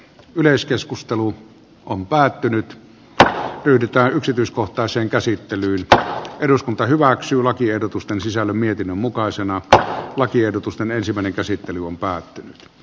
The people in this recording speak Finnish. yleiskeskustelu on päättynyt yhdistää yksityiskohtaisen käsittelyltä eduskunta hyväksyy lakiehdotusten sisällön mietinnön mukaisena että lakiehdotustanne sivonen käsittely on päättynyt p